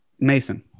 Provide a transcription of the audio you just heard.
Mason